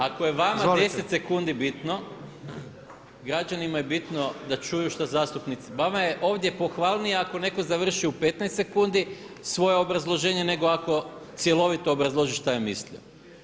Ako je vama deset sekundi bitno, građanima je bitno da čuju što zastupnici, vama je ovdje pohvalnije ako netko završi u 15 sekundi svoje obrazloženje nego da cjelovito obrazloži šta je mislio.